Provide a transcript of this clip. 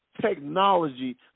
technology